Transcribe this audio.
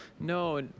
No